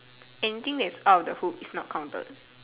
anything that out of the hoop is not counted